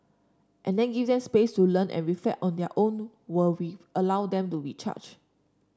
and then give them space to learn and reflect on their own were we allow them to recharge